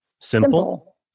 SIMPLE